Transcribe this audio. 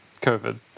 COVID